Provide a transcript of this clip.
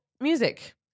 music